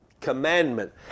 commandment